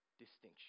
distinction